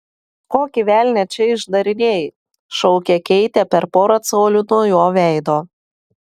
kokį velnią čia išdarinėji šaukė keitė per porą colių nuo jo veido